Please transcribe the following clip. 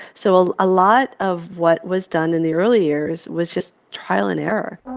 so a lot of what was done in the early years was just trial and error